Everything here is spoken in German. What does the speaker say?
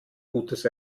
gutes